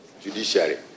judiciary